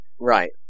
Right